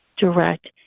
direct